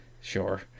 Sure